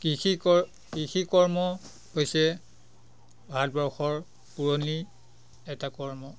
কৃষি কৰ কৃষিকৰ্ম হৈছে ভাৰতবৰ্ষৰ পুৰণি এটা কৰ্ম